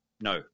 No